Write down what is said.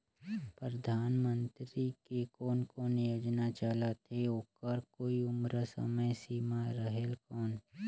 परधानमंतरी के कोन कोन योजना चलत हे ओकर कोई उम्र समय सीमा रेहेल कौन?